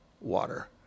water